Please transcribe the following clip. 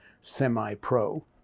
semi-pro